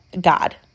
God